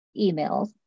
emails